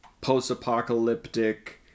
post-apocalyptic